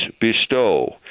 bestow